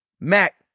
Mac